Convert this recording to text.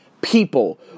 people